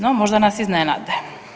No, možda nas iznenade.